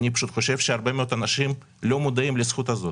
אני פשוט חושב שהרבה מאוד אנשים לא מודעים לזכות הזאת.